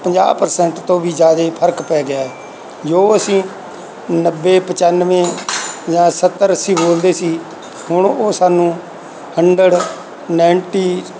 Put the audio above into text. ਪੰਜਾਹ ਪਰਸੈਂਟ ਤੋਂ ਵੀ ਜ਼ਿਆਦਾ ਫਰਕ ਪੈ ਗਿਆ ਜੋ ਅਸੀਂ ਨੱਬੇ ਪਚਾਨਵੇਂ ਜਾਂ ਸੱਤਰ ਅੱਸੀ ਬੋਲਦੇ ਸੀ ਹੁਣ ਉਹ ਸਾਨੂੰ ਹੰਡਰਡ ਨਾਈਨਟੀ